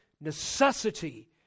necessity